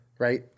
Right